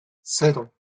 cero